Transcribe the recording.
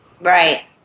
Right